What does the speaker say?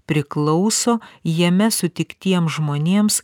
priklauso jame sutiktiem žmonėms